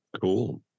Cool